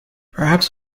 perhaps